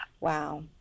Wow